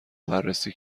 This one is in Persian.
بررسی